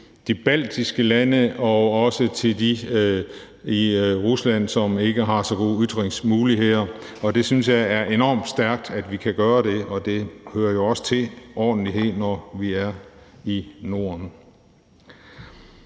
de baltiske lande og også til dem i Rusland, som ikke har så gode ytringsmuligheder. Jeg synes, det er enormt stærkt, at vi kan gøre det, og det hører sig også til og er et udtryk for